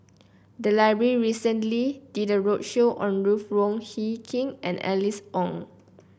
the library recently did a roadshow on Ruth Wong Hie King and Alice Ong